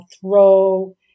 throw